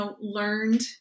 learned